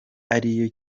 ariyo